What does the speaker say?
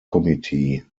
committee